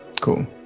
cool